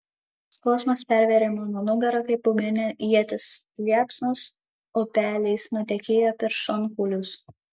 skausmas pervėrė mano nugarą kaip ugninė ietis liepsnos upeliais nutekėjo per šonkaulius